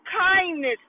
kindness